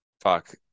fuck